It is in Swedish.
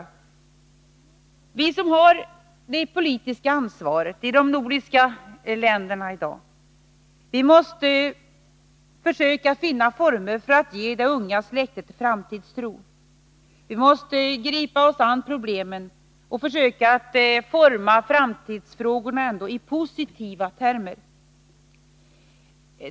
Vi som har det politiska ansvaret i de nordiska länderna i dag måste försöka finna former för att ge det unga släktet framtidstro. Vi måste gripa oss an problemen och försöka att forma framtidsfrågorna i positiva termer.